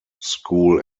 school